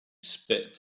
spit